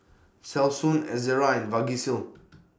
Selsun Ezerra and Vagisil